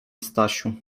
stasiu